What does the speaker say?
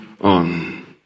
on